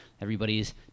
everybody's